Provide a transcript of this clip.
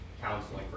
counseling